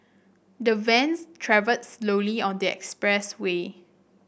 the vans travelled slowly on the expressway